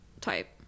type